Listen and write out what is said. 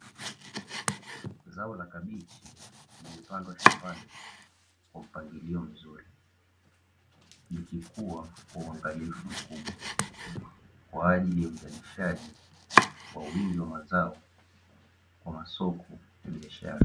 Zao la kabichi lililopandwa shambani kwa mpangilio mzuri, likikua kwa uangalifu mkubwa. Kwa ajili ya uzalishaji wa wingi wa mazao wa masoko ya biashara.